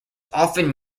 often